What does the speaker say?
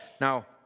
Now